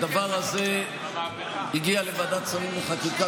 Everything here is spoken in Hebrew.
הדבר הזה הגיע לוועדת שרים לחקיקה,